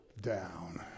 down